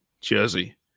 jersey